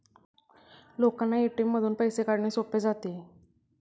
लोकांना ए.टी.एम मधून पैसे काढणे सोपे जाते